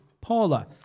Paula